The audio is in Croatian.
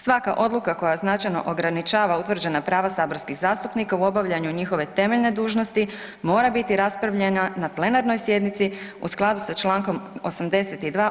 Svaka odluka koja značajno ograničava utvrđena prava saborskih zastupnika u obavljanju njihove temeljne dužnosti mora biti raspravljena na plenarnoj sjednici u skladu sa čl. 82.